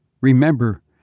remember